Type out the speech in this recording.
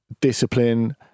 discipline